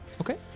Okay